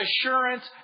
assurance